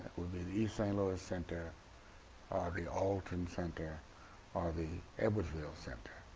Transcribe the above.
would be the east st. louis center or the alton center or the edwardsville center.